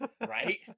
Right